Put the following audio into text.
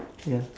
ya